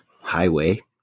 highway